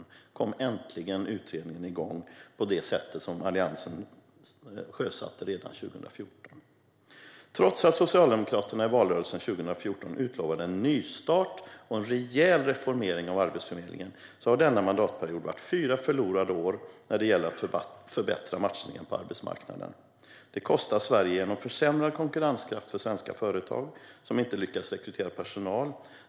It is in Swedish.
Då kom äntligen den utredning igång som Alliansen sjösatte redan 2014. Trots att Socialdemokraterna i valrörelsen 2014 utlovade en "nystart" och en "rejäl reformering" av Arbetsförmedlingen har denna mandatperiod varit fyra förlorade år när det gäller att förbättra matchningen på arbetsmarknaden. Detta kostar Sverige genom försämrad konkurrenskraft för svenska företag som inte lyckas rekrytera personal.